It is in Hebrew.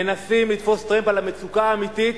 מנסים לתפוס טרמפ על המצוקה האמיתית.